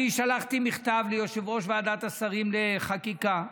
אני שלחתי מכתב ליושב-ראש ועדת השרים לחקיקה,